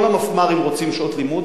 כל המפמ"רים רוצים שעות לימוד,